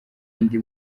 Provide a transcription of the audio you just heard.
ndi